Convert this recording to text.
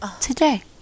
today